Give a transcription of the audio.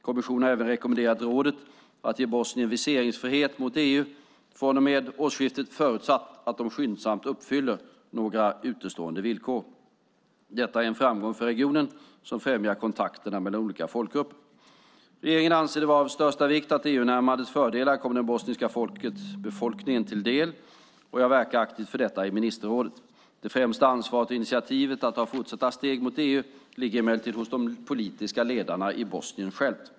Kommissionen har även rekommenderat rådet att ge Bosnien viseringsfrihet mot EU från och med årsskiftet förutsatt att de skyndsamt uppfyller några utestående villkor. Detta är en framgång för regionen som främjar kontakterna mellan olika folkgrupper. Regeringen anser det vara av största vikt att EU-närmandets fördelar kommer den bosniska befolkningen till del, och jag verkar aktivt för detta i ministerrådet. Det främsta ansvaret och initiativet att ta fortsatta steg mot EU ligger emellertid hos de politiska ledarna i Bosnien.